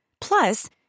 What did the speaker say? Plus